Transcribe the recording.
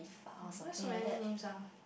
oh why so many names ah